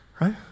Right